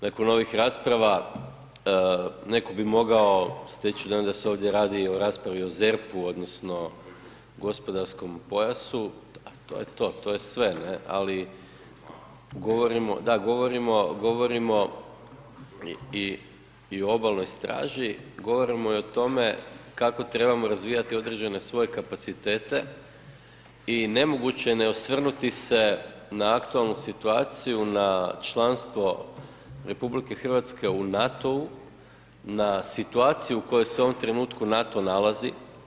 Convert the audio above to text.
Nakon ovih rasprava neko bi mogao steći dojam da se ovdje radi i o raspravi o ZERP-u odnosno gospodarskom pojasu, a to je to, to je sve, da govorimo i o obalnoj straži, govorimo i o tome kako trebamo razvijati određene svoje kapacitete i nemoguće je ne osvrnuti se na aktualnu situaciju na članstvo RH u NATO-u na situaciju u kojoj se u ovom trenutku NATO nalazi.